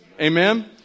Amen